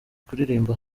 kuririmba